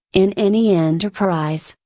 in any enterprise,